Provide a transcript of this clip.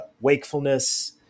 wakefulness